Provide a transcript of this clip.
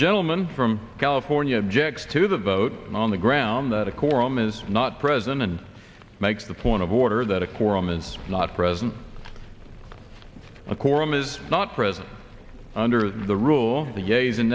gentleman from california objects to the vote on the ground that a koran is not present and makes the point of order that a quorum is not present of corum is not present under the rule of the gays and